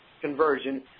conversion